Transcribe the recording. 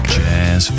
jazz